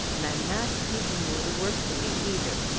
and i'm not keeping you to work for me, either!